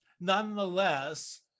nonetheless